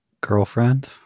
Girlfriend